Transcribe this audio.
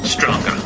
Stronger